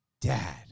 Dad